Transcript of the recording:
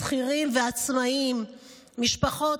שכירים ועצמאים ומשפחות,